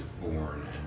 born